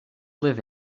live